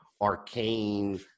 arcane